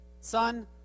son